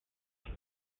mart